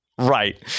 Right